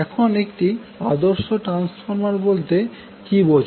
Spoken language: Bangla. এখন একটি আদর্শ ট্রান্সফর্মার বলতে কী বোঝো